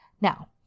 Now